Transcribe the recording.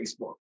Facebook